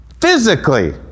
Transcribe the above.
physically